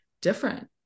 different